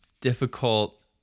difficult